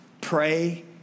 Pray